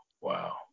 wow